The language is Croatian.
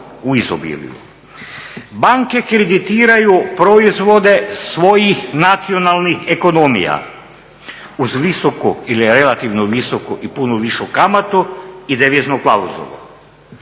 u izobilju. Banke kreditiraju proizvode svojih nacionalnih ekonomija uz visoku ili relativno visoku i puno višu kamatu i deviznu klauzulu.